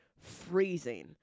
freezing